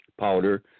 powder